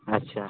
अच्छा